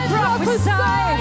prophesy